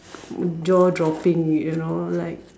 jaw dropping you know like